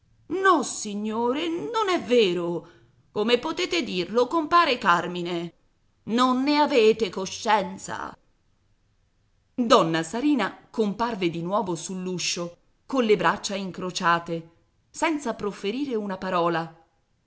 ripetere nossignore non è vero come potete dirlo compare carmine non ne avete coscienza donna sarina comparve di nuovo sull'uscio colle braccia incrociate senza profferire una parola